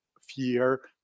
fear